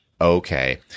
Okay